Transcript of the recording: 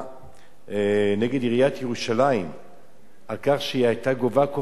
נגד עיריית ירושלים על כך שהיא היתה גובה כופר חנייה.